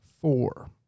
Four